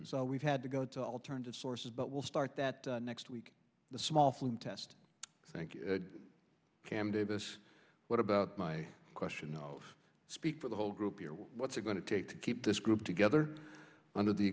and so we've had to go to alternative sources but we'll start that next week the small flume test thank you kam davis what about my question no speak for the whole group here what's it going to take to keep this group together under the